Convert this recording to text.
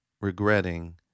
regretting